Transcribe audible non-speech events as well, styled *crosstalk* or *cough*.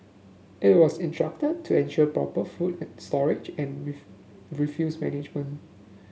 it was instructed to ensure proper food at storage and *unintelligible* refuse management